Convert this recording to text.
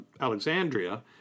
Alexandria